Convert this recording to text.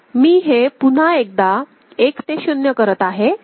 मी हे पुन्हा एकदा 1 ते 0 करत आहे